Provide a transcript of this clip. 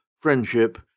friendship